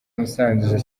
musanze